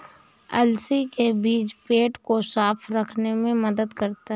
अलसी के बीज पेट को साफ़ रखने में मदद करते है